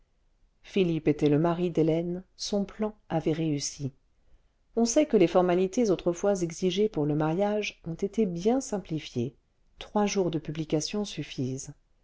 philippe était le mari d'hélène son plan avait réussi on sait que les le vingtième siècle formalités autrefois exigées pour le mariage ont été bien simplifiées trois jours de publications suffisent